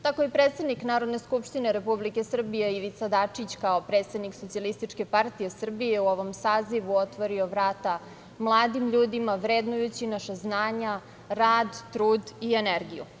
Tako je predsednik Narodne skupštine Republike Srbije Ivica Dačić kao predsednik Socijalističke partije Srbije u ovom sazivu otvorio vrata mladim ljudima, vrednujući naša znanja, rad, trud i energiju.